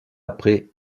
après